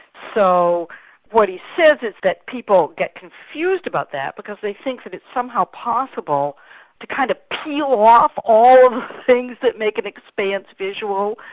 so what he says is that people get confused about that, because they think that it's somehow possible to kind of peel off all the things that make an expanse visual,